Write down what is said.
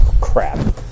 Crap